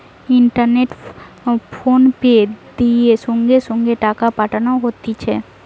ইন্টারনেটে ফোনপে দিয়ে সঙ্গে সঙ্গে টাকা পাঠানো হতিছে